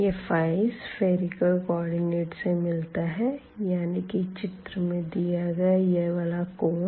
यह spherical coordinate से मिलता है यानी कि चित्र में दिया गया यह वाला कोण